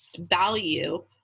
value